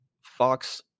Fox